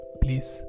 please